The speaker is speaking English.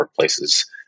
workplaces